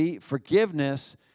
Forgiveness